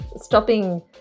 stopping